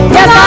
Yes